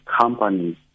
companies